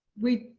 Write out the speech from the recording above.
we,